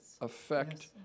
affect